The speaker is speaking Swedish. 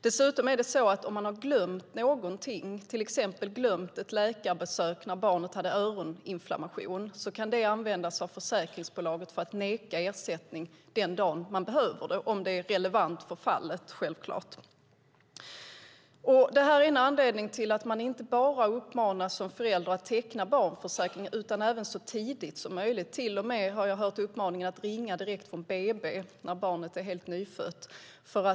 Därtill kommer att om man har glömt någonting, till exempel ett läkarbesök när barnet hade öroninflammation, kan det användas av försäkringsbolaget för att neka ersättning den dag man behöver det, om det är relevant för fallet självklart. Det här är en anledning till att man som förälder inte bara uppmanas att teckna barnförsäkring utan även att göra det så tidigt som möjligt, till och med har jag hört uppmaningen att ringa direkt från BB när barnet är helt nyfött.